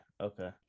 okay